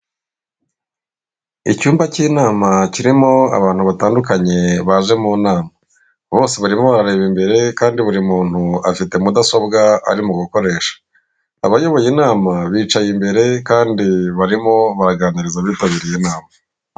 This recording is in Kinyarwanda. Icyumba cy'inama kirimo abantu batandukanye baje mu nama bose barimo barareba imbere, kandi buri muntu afite mudasobwa ari mu gukoresha abayoboye inama bicaye imbere kandi barimo baganiriza abitabiriye inama.